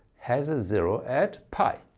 has a zero at pi.